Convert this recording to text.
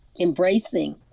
embracing